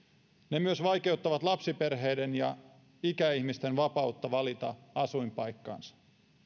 ne myös vaikeuttavat lapsiperheiden ja ikäihmisten vapautta valita asuinpaikkansa